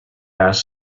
ask